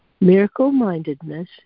Miracle-mindedness